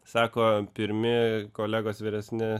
sako pirmi kolegos vyresni